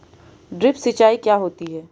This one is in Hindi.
ड्रिप सिंचाई क्या होती हैं?